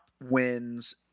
wins